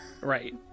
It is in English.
Right